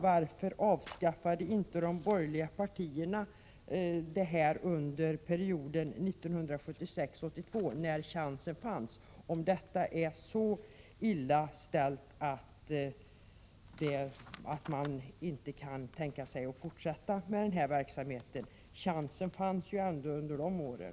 Varför avskaffade inte de borgerliga partierna detta under perioden 1976—1982 när chansen fanns, om det är så illa ställt att man inte kan tänka sig att fortsätta med denna verksamhet? Chansen fanns ju ändå under de åren.